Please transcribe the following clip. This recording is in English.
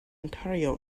ontario